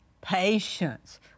patience